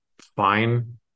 fine